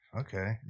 okay